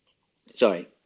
sorry